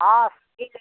हाँ ठीक है